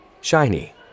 shiny